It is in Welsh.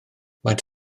maent